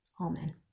Amen